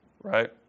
right